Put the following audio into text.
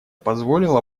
позволило